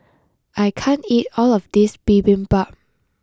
I can't eat all of this Bibimbap